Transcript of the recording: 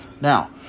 Now